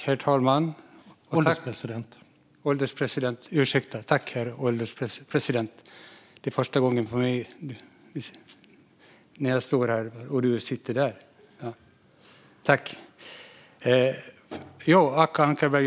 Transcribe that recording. Herr talman - ursäkta, herr ålderspresident! Det är första gången för mig i talarstolen när herr ålderspresidenten leder sammanträdet.